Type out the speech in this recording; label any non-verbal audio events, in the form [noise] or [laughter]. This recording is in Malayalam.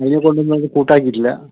[unintelligible] കൂട്ടാക്കിയിട്ടില്ല